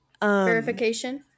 verification